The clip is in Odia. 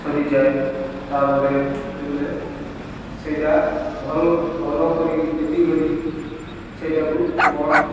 ସରିଯାଏ ତାପରେ ସେତେବେଳେ ସେଇଟା ଭଲ ଭଲ କରି ଦେଖିକରି ସେଇଟାକୁ ବନ୍ଦ